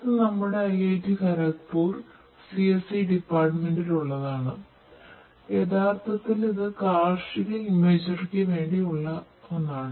ഇത് നമ്മുടെ IIT Kharagpur CSE Department il ഉള്ളതാണ് ഇത് യഥാർത്ഥത്തിൽ കാർഷിക ഇമേജറിക്ക് വേണ്ടിയുള്ളതാണ്